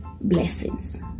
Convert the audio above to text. Blessings